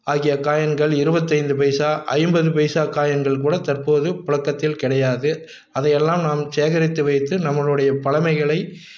ஆகிய காயின்கள் இருபத்தைந்து பைசா ஐம்பது பைசா காயின்கள் கூட தற்போது புழக்கத்தில் கிடையாது அதையெல்லாம் நாம் சேகரித்து வைத்து நம்மளுடைய பழமைகளை